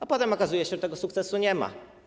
A potem okazuje się, że tego sukcesu nie ma.